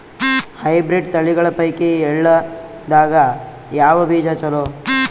Hybrid ತಳಿಗಳ ಪೈಕಿ ಎಳ್ಳ ದಾಗ ಯಾವ ಬೀಜ ಚಲೋ?